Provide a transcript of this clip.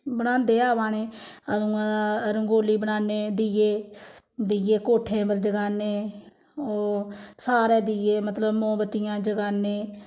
बनांदे आवा ने अदुआं दा रंगोली बनान्नें दीए दीए कोठें पर जगान्नें ओह् सारे दीए मतलब मोमबत्तियां जगान्नें